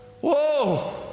whoa